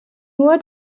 nur